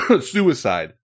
suicide